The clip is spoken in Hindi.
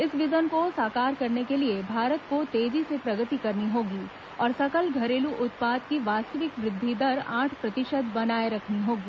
इस विजन को साकार करने के लिए भारत को तेजी से प्रगति करनी होगी और सकल घरेलू उत्पाद की वास्तविक वृद्धि दर आठ प्रतिशत बनाये रखनी होगी